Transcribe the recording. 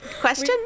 question